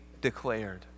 declared